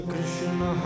Krishna